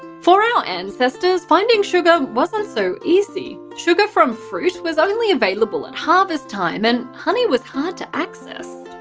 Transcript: for our ancestors, finding sugar wasn't so easy sugar from fruit was only available at harvest time, and honey was hard to access.